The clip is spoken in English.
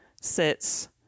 sits